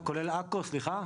כולל עכו סליחה?